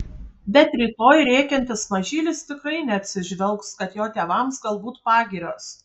bet rytoj rėkiantis mažylis tikrai neatsižvelgs kad jo tėvams galbūt pagirios